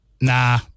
nah